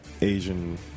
Asian